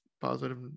Positive